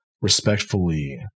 respectfully